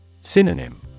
Synonym